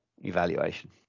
evaluation